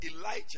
Elijah